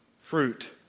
fruit